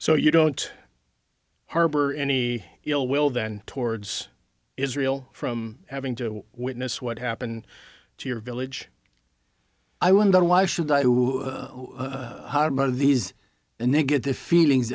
so you don't harbor any ill will then towards israel from having to witness what happened to your village i wonder why should i do harbor these negative feelings